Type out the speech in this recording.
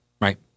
right